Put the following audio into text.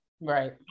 Right